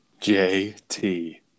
JT